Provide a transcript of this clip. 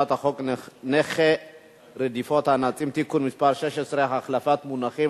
חוק נכי רדיפות הנאצים (תיקון מס' 16) (החלפת מונחים),